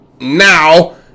now